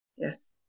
Yes